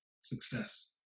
success